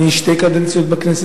אני שתי קדנציות בכנסת,